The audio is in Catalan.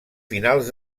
finals